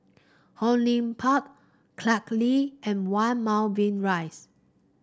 Hong Lim Park Clarke Lee and One Moulmein Rise